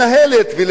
ולהגיע,